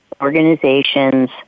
organizations